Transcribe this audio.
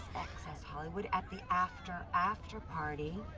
access hollywood at the after after party.